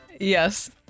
Yes